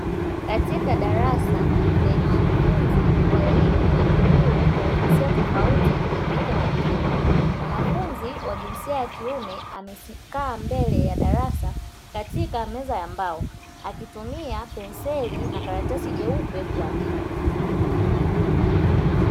Katika darasa, lenye wanafunzi wa elimu ya juu wa jinsia tofauti ya kike na ya kiume. Mwanafunzi wa jinsia ya kiume amekaa mbele ya darasa katika meza ya mbao, akitumia penseli na karatasi nyeupe kuandika.